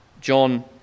John